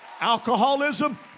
Alcoholism